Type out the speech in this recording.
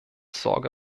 sorge